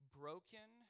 broken